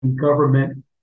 government